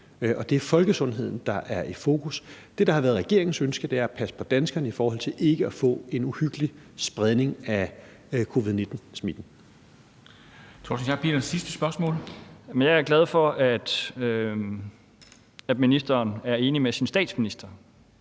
Det er folkesundheden, der er i fokus. Det, der har været regeringens ønske, er at passe på danskerne i forhold til ikke at få en uhyggelig spredning af covid-19-smitten. Kl. 13:16 Formanden (Henrik Dam Kristensen): Hr.